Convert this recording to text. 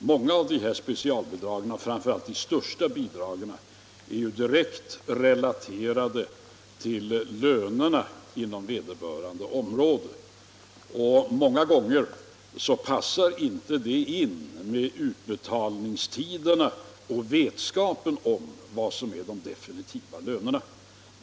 Många | av de här specialbidragen och framför allt de största bidragen är ju direkt | relaterade till lönerna inom vederbörande område, och många gånger | passar inte det in med utbetalningstiderna och vetskapen om vad som jär de definitiva lönerna.